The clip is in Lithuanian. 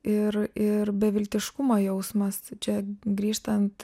ir ir beviltiškumo jausmas čia grįžtant